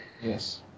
Yes